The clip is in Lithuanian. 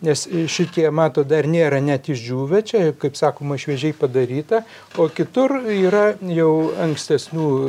nes šitie matot dar nėra net išdžiūvę čia kaip sakoma šviežiai padaryta o kitur yra jau ankstesnių